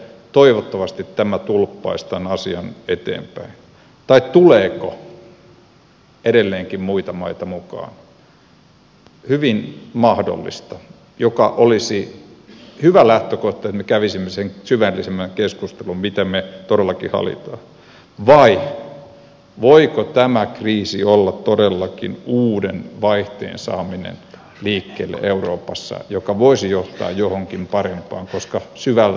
toivottavasti tämä tulppaisi tämän asian eteenpäin vai tuleeko edelleenkin muita maita mukaan hyvin mahdollista jolloin olisi hyvä lähtökohta että me kävisimme sen syvällisemmän keskustelun mitä me todellakin haluamme vai voiko tämä kriisi olla todellakin uuden vaihteen saaminen liikkeelle euroopassa joka voisi johtaa johonkin parempaan koska syvällä tällä hetkellä mennään